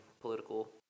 political